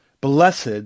Blessed